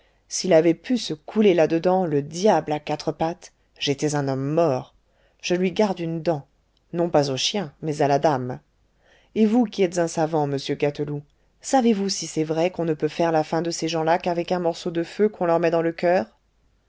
s'il avait pu se couler là-dedans le diable à quatre pattes j'étais un homme mort je lui garde une dent non pas au chien mais à la dame et vous qui êtes un savant monsieur gâteloup savez-vous si c'est vrai qu'on ne peut faire la fin de ces gens-là qu'avec un morceau de feu qu'on leur met dans le coeur